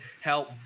help